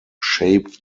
shaped